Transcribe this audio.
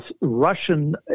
Russian